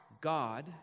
God